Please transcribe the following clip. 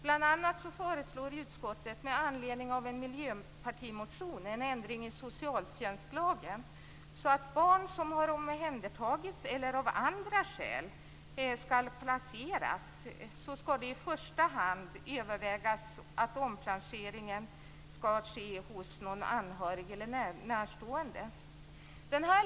Bl.a. föreslår utskottet med anledning av en miljöpartimotion en ändring i socialtjänstlagen för barn som har omhändertagits eller av andra skäl skall placeras. I första hand skall det övervägas att omplaceringen skall ske hos någon anhörig eller närstående.